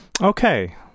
okay